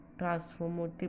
transformative